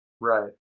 Right